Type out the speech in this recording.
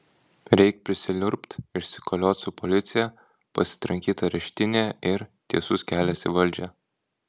reik prisiliurbt išsikoliot su policija pasitrankyt areštinėje ir tiesus kelias į valdžią